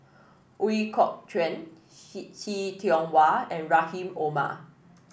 Ooi Kok Chuen See Tiong Wah and Rahim Omar